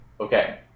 Okay